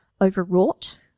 overwrought